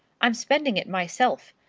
i'm spending it myself.